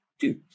two